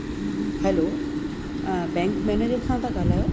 hello bank manager सां था ॻाल्हायो